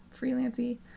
freelancing